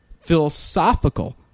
philosophical